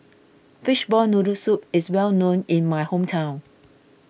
Fishball Noodle Soup is well known in my hometown